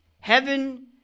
Heaven